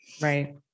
Right